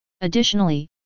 Additionally